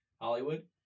Hollywood